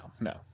no